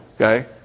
Okay